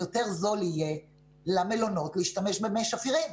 יותר זול יהיה למלונות להשתמש במי שפירים,